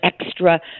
extra